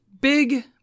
Big